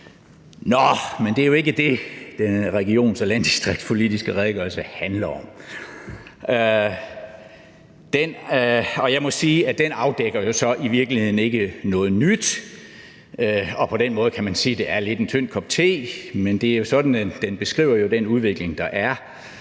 Nå, men det er jo ikke det, den her regional- og landdistriktspolitiske redegørelse handler om. Jeg må sige, at den så i virkeligheden ikke afdækker noget nyt, og på den måde kan man sige, at det er en lidt tynd kop te, men den beskriver jo den udvikling, der er